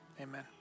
Amen